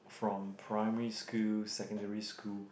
from primary school secondary school